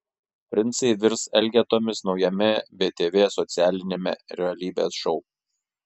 princai virs elgetomis naujame btv socialiniame realybės šou